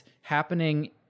happening